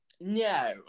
No